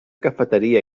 cafeteria